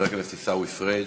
חבר הכנסת עיסאווי פריג'